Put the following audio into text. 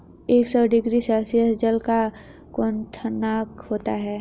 एक सौ degree Celsius जल का क्वथनांक होता है